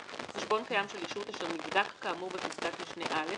חשבון קיים של ישות אשר נבדק כאמור בפסקת משנה (א),